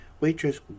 waitress